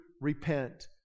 repent